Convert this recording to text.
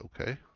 Okay